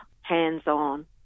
hands-on